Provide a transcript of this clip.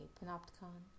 Panopticon